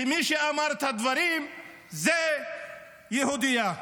ומי שאמר את הדברים זו יהודייה.